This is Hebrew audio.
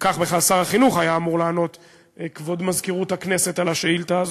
המבצע את הפיקוח על מפעל ההזנה.